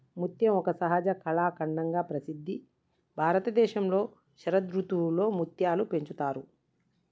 ముత్యం ఒక సహజ కళాఖండంగా ప్రసిద్ధి భారతదేశంలో శరదృతువులో ముత్యాలు పెంచుతారు